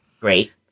Great